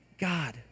God